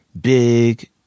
Big